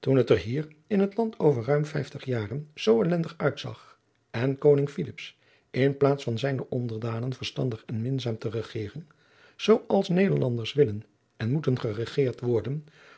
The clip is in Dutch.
toen het er hier in het land over ruim vijftig jaren zoo ellendig uitzag en koning filips in plaats van zijne onderdanen verstandig en minzaam te regeren zoo als nederlanders willen en moeten geregeerd worden